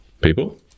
people